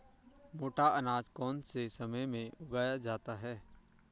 मोटा अनाज कौन से समय में उगाया जाता है?